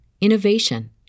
innovation